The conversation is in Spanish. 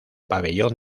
pabellón